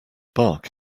bark